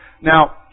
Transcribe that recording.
Now